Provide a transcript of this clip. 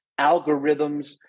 algorithms